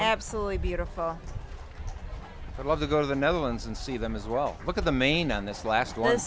absolutely beautiful i'd love to go to the netherlands and see them as well look at the maine on this last one